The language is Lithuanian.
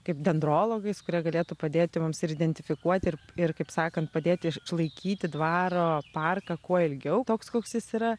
kaip dendrologais kurie galėtų padėti mums ir identifikuoti ir ir kaip sakant padėti išlaikyti dvaro parką kuo ilgiau toks koks jis yra